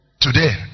Today